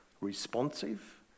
responsive